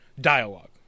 dialogue